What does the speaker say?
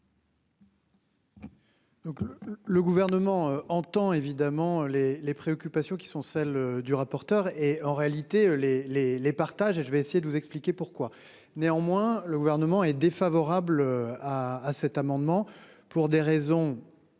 Le gouvernement entend évidemment les les préoccupations qui sont celles du rapporteur et en réalité les les les partage et je vais essayer de vous expliquer pourquoi. Néanmoins le Gouvernement est défavorable. À cet amendement pour des raisons.--